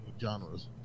genres